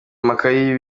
amakaye